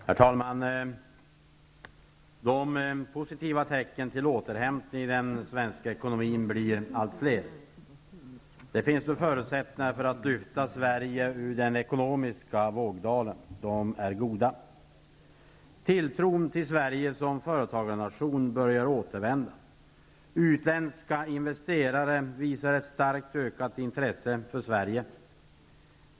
Herr talman! De positiva tecknen till återhämtning i den svenska ekonomin blir allt fler. Förutsättningarna för att lyfta Sverige ur den ekonomiska vågdalen är goda. Tilltron till Sverige som företagarnation börjar återvända. Utländska investerare visar ett starkt ökat intresse för Sverige.